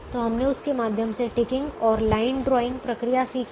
तो हमने उसके माध्यम से टिकिंग और लाइन ड्राइंग प्रक्रिया सीखी